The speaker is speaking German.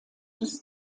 des